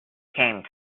came